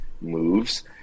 moves